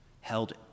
held